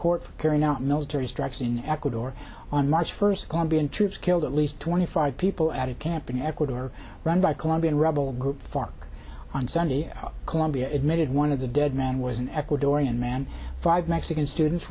court carrying out military strikes in ecuador on march first can be troops killed at least twenty five people at a camp in ecuador run by colombian rebel group fark on sunday colombia admitted one of the dead man was an ecuadorian man five mexican students